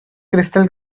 crystal